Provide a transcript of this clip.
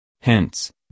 Hence